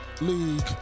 league